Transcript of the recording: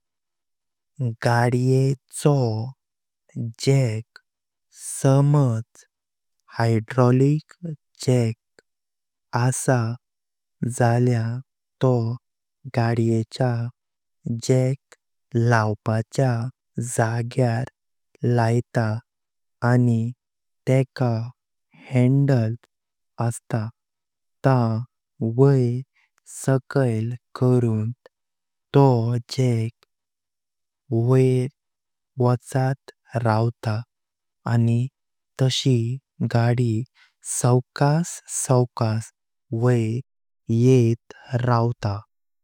गड्येचो जॅक समाज hydraulic jack आसा झाल्या तो गड्येचा जॅक लवपाचा जगर्‍यार लायता आनी तेका हँडल असता ता वयर साकैल करून तो जॅक वयर वोकात रवता आनी तशी गाडी सवकस सवकस वयर येत रवता।